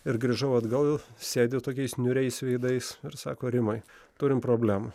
ir grįžau atgal sėdi tokiais niūriais veidais ir sako rimai turim problemą